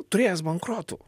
turėjęs bankrotų